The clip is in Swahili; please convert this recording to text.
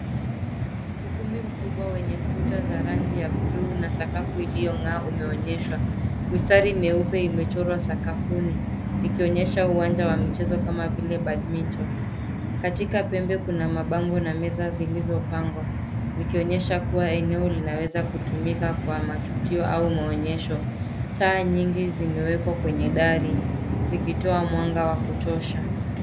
Ukumbi mkubwa wenye kuta za rangi ya bluu na sakafu iliyong'aa umeonyeshwa , mistari myeupe imechorwa sakafuni ikionyesha uwanja wa michezo kama vile badminton(cs) , katika pembe kuna mabango na meza zilizopangwa zikionyesha kuwa eneo linaweza kutumika kwa matukio au maonyesho . Taa nyingi zimewekwa kwenye dari zikitoa mwanga wa kutosha.